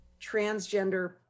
transgender